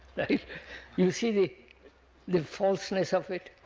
you see the the falseness of it?